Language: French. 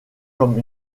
comme